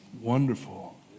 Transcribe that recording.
wonderful